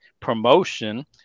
promotion